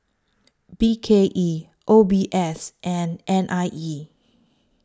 B K E O B S and N I E